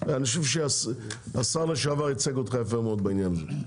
אני חושב שהשר לשעבר ייצג אותך יפה מאוד בעניין הזה.